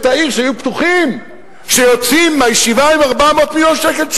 העיר שהיו בטוחים שיוצאים מהישיבה עם 400 מיליון שקל,